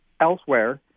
elsewhere